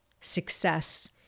success